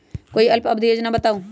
कोई अल्प अवधि योजना बताऊ?